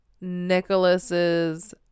Nicholas's